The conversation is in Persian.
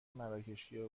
مراکشیا